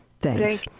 thanks